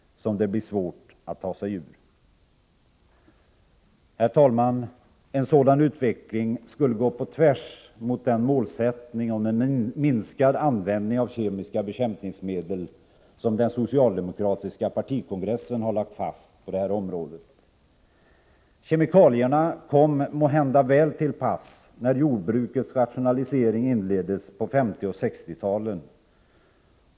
Det blir svårt att ta sig ur det. Herr talman! En sådan utveckling skulle gå på tvärs mot den målsättning om en minskad användning av kemiska bekämpningsmedel som den socialdemokratiska partikongressen har lagt fast på det här området. Kemikalierna kom måhända väl till pass när jordbrukets rationalisering inleddes på 1950 och 1960-talen.